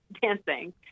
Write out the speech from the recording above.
dancing